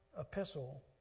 epistle